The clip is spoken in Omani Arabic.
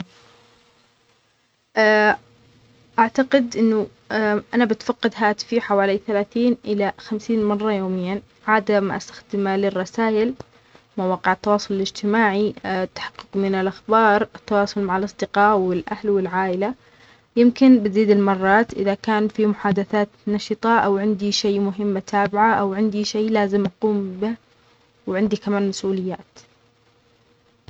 ا-اعتقد انه انا بتفقد هاتفي حوالي ثلاثين الى خمسين مرة يومياً عادة استخدامه للرسائل، مواقع التواصل الاجتماعي ،التحقق من الأخبار ،التواصل مع الاصدقاء والاهل والعائلة يمكن بزيد المرات اذا كان في محادثات نشطة او عندي شي مهمة تابعة او عندي شي لازم اقوم به وعندي كمان مسؤوليات